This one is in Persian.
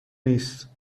نیست